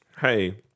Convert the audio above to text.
hey